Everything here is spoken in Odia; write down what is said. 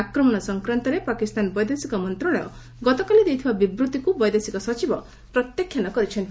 ଆକ୍ରମଣ ସଂକ୍ରାନ୍ତରେ ପାକିସ୍ତାନ ବୈଦେଶିକ ମନ୍ତ୍ରଣାଳୟ ଗତକାଲି ଦେଇଥିବା ବିବୃତିକୁ ବୈଦେଶିକ ସଚିବ ପ୍ରତ୍ୟାଖ୍ୟାନ କରିଛନ୍ତି